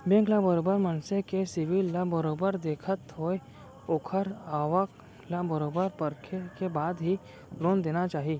bank ल बरोबर मनसे के सिविल ल बरोबर देखत होय ओखर आवक ल बरोबर परखे के बाद ही लोन देना चाही